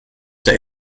der